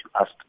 asked